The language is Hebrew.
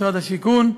משרד השיכון,